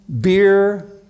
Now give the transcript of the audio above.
beer